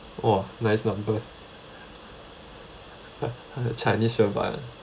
!wah! nice lah because chinese sure buy